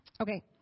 okay